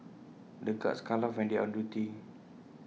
the guards can't laugh when they are on duty